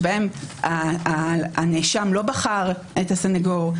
שבהם הנאשם לא בחר את הסנגור,